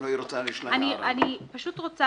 אני רוצה